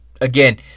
again